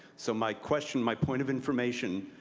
so my question, my point of information,